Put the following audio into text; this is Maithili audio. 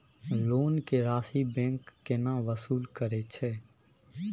लोन के राशि बैंक केना वसूल करे छै?